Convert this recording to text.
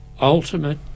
ultimate